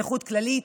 נכות כללית,